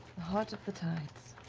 heart of the tides.